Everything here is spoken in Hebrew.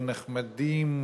או לא נחמדים,